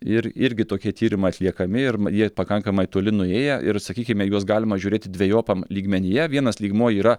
ir irgi tokie tyrimai atliekami ir jie pakankamai toli nuėję ir sakykime į juos galima žiūrėti dvejopam lygmenyje vienas lygmuo yra